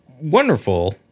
wonderful